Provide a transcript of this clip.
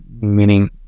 meaning